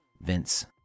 Vince